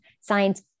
science